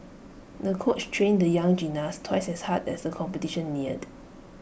the coach trained the young gymnast twice as hard as the competition neared